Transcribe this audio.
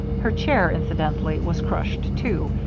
her chair, incidentally, was crushed too,